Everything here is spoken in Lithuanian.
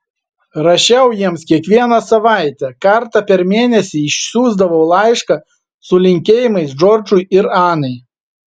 rašiau jiems kiekvieną savaitę kartą per mėnesį išsiųsdavau laišką su linkėjimais džordžui ir anai